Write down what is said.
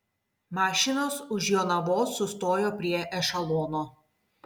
mašinos už jonavos sustojo prie ešelono